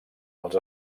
els